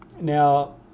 Now